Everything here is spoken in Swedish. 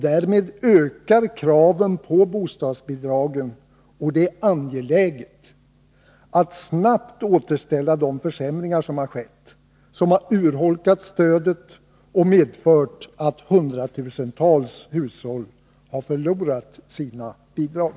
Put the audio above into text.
Därmed ökar kraven på bostadsbidrag, och det är angeläget att snabbt undanröja de försämringar som skett, som har urholkat stödet och medfört att hundratusentals hushåll har förlorat sina bidrag.